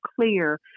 clear